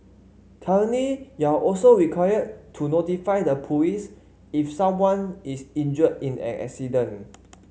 currently you're also required to notify the police if someone is injured in an accident